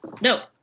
No